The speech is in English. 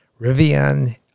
Rivian